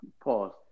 pause